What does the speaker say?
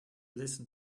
listen